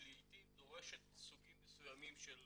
שלעתים דורשת סוגים מסוימים של